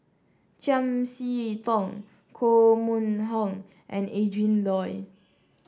Chiam See Tong Koh Mun Hong and Adrin Loi